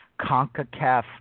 CONCACAF